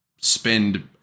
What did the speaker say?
spend